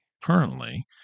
Currently